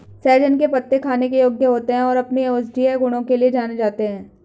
सहजन के पत्ते खाने योग्य होते हैं और अपने औषधीय गुणों के लिए जाने जाते हैं